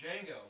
Django